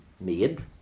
made